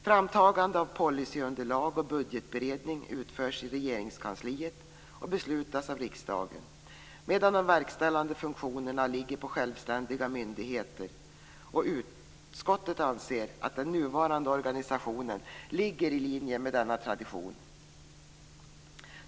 Framtagande av policyunderlag och budgetberedning utförs i Regeringskansliet och beslutas av riksdagen, medan de verkställande funktionerna ligger på självständiga myndigheter. Utskottet anser att den nuvarande organisationen ligger i linje med denna tradition.